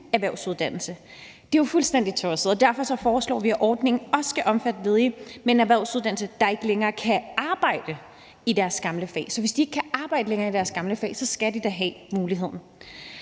erhvervsuddannelse. Det er jo fuldstændig tosset, og derfor foreslår vi, at ordningen også skal omfatte ledige med en erhvervsuddannelse, som ikke længere kan arbejde i deres gamle fag. Så hvis de ikke kan arbejde længere i deres gamle fag, skal de da have muligheden.